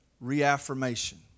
reaffirmation